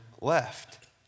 left